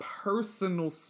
personal